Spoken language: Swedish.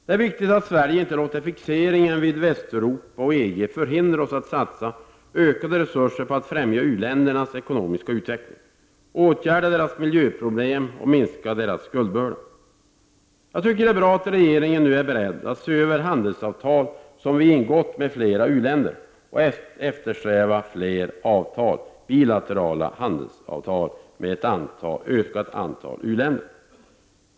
Det är viktigt att Sverige inte låter fixeringen vid Västeuropa och EG förhindra oss att satsa ökade resurser på att främja u-ländernas ekonomiska utveckling, åtgärda deras miljöproblem och minska deras skuldbörda. Det är bra att regeringen nu är beredd att se över sådana handelsavtal som vi ingått med flera u-länder och att eftersträva fler bilaterala handelsavtal med ett ökat antal u-länder.